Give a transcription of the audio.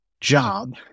job